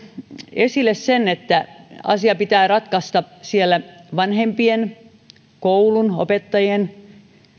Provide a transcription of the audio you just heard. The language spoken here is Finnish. esille sen että asia pitää ratkaista vanhempien koulun ja opettajien